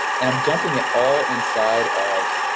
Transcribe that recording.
and i'm dumping it all inside of,